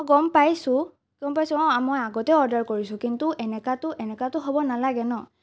গম পাইছোঁ গম পাইছোঁ অঁ মই আগতেও অৰ্ডাৰ কৰিছোঁ কিন্তু এনেকুৱাতো এনেকুৱাতো হ'ব নালাগে ন